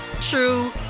true